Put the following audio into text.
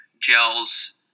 gels